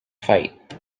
fight